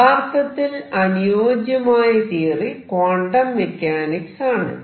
യഥാർത്ഥത്തിൽ അനുയോജ്യമായ theory quantum mechanics ആണ്